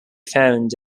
found